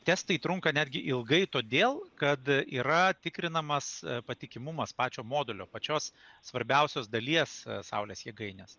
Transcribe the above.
testai trunka netgi ilgai todėl kad yra tikrinamas patikimumas pačio modulio pačios svarbiausios dalies saulės jėgainės